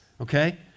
Okay